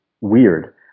weird